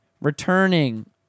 Returning